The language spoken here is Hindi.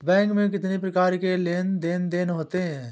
बैंक में कितनी प्रकार के लेन देन देन होते हैं?